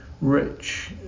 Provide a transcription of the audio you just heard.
rich